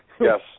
Yes